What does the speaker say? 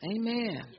Amen